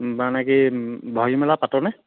মানে কি ব'হাগী মেলা পাতনে